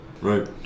Right